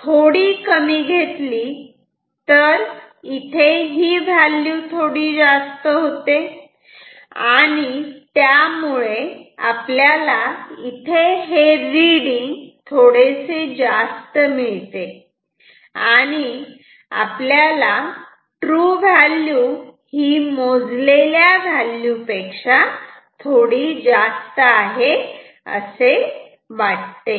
थोडी कमी घेतली तर ही व्हॅल्यू थोडी जास्त होते आणि त्यामुळे आपल्याला इथे हे रीडिंग थोडेसे जास्त मिळते आणि आपल्याला ट्रू व्हॅल्यू ही मोजलेल्या व्हॅल्यू पेक्षा थोडी जास्त असते असे वाटते